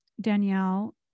Danielle